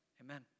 Amen